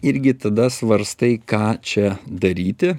irgi tada svarstai ką čia daryti